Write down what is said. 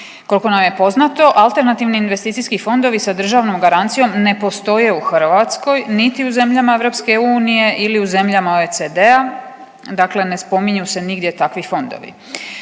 Koliko nam je poznato alternativni investicijski fondovi sa državnom garancijom ne postoje u Hrvatskoj niti u zemljama EU ili u zemljama OECD-a, dakle ne spominju se nigdje takvi fondovi.